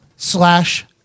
Slash